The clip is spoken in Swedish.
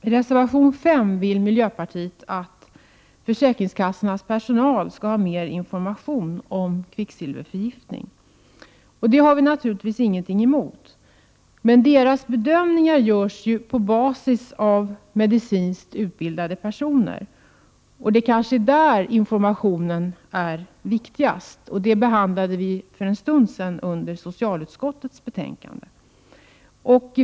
I reservation 5 föreslår miljöpartiet att försäkringskassornas personal skall ha mer information om kvicksilverförgiftning. Det har vi naturligtvis ingenting emot, men försäkringskassornas bedömningar görs ju på basis av kunskaper kassorna hämtat från medicinskt utbildade personer. Det är kanske där informationen är viktigast. Den frågan behandlade vi här för en stund sedan.